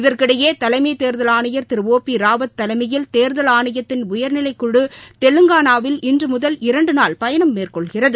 இதற்கிடையேதலைமைதேர்தல் ஆணையர் திரு ஓ பிராவத் தலைமையில் தேர்தல் ஆணையத்தின் உயர்நிலைக் குழு தெலங்கானாவில் இன்றுமுதல் இரண்டுநாள் பயணம் மேற்கொள்கிறது